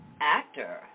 actor